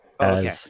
okay